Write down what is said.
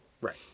Right